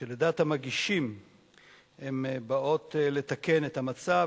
שלדעת המגישים הן באות לתקן את המצב,